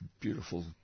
beautiful